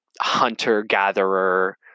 hunter-gatherer